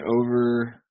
over